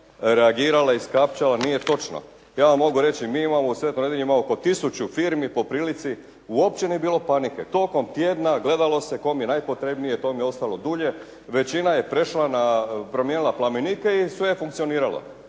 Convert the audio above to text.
reagirala, iskapčala, nije točno. Ja vam mogu reći, u Svetoj Nedjelji ima oko 1000 firmi po prilici, uopće nije bilo panika. Tokom tjedna gledalo se kome je najpotrebnije, tome je ostalo dulje. Većina je promijenila plamenike i sve je funkcioniralo.